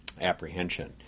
Apprehension